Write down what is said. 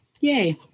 Yay